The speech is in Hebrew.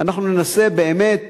אנחנו ננסה באמת